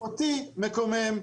אותי מקומם.